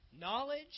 knowledge